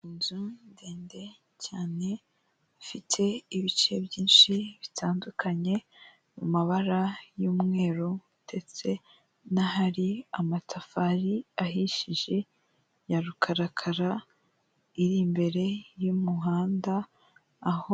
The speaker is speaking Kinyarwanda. Inzu ndende cyane ifite ibice byinshi bitandukanye mu mabara y'umweru ndetse n'ahari amatafari ahishije ya rukarakara iri imbere y'umuhanda aho.